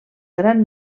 gran